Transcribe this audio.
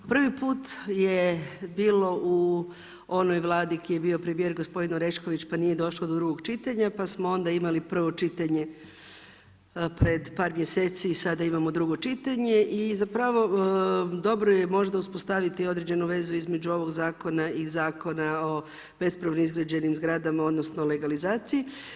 Prvi put je bilo u onoj vladi koji je bio premijer gospodin Orešković pa nije došlo do drugog čitanja pa smo onda imali prvo čitanje pred par mjeseci i sada imamo drugo čitanje i zapravo dobro je možda uspostaviti određenu vezu između ovog zakona i Zakona o bespravno izgrađenim zgradama odnosno legalizaciji.